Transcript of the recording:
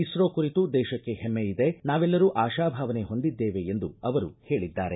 ಇಸ್ತೋ ಕುರಿತು ದೇಶಕ್ಕೆ ಹೆಮ್ಮೆಯಿದೆ ನಾವೆಲ್ಲರೂ ಅಶಾಭಾವನೆ ಹೊಂದಿದ್ದೇವೆ ಎಂದು ಅವರು ಹೇಳಿದ್ದಾರೆ